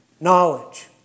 knowledge